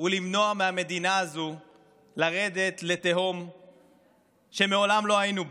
למנוע מהמדינה הזו לרדת לתהום שמעולם לא היינו בה.